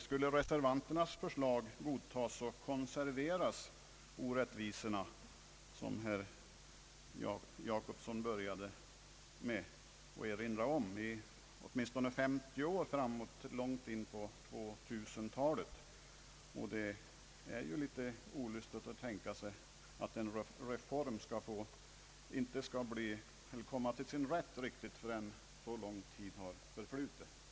Skulle reservanternas förslag godtas, skulle de orättvisor som herr Jacobsson började med att tala om konserveras, åtminstone långt in på 2000-talet. Det är inte bra att behöva tänka sig att en reform inte skall komma till sin rätt förrän så lång tid har förflutit. Herr talman!